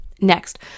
Next